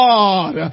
God